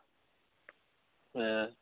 ᱦᱮᱸ